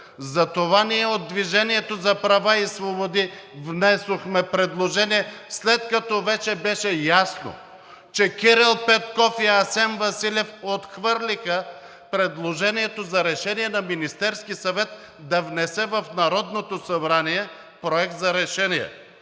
Затова ние от „Движение за права и свободи“ внесохме предложение, след като вече беше ясно, че Кирил Петков и Асен Василев отхвърлиха предложението за решение на Министерския съвет да внесе в Народното събрание Проект за решение.